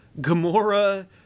Gamora